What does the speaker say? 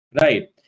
right